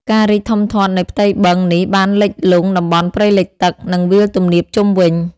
ការរីកធំធាត់នៃផ្ទៃបឹងនេះបានលិចលង់តំបន់ព្រៃលិចទឹក និងវាលទំនាបជុំវិញ។